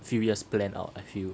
few years planned out I feel